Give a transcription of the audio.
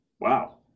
Wow